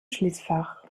schließfach